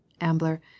Ambler